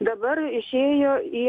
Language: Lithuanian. dabar išėjo į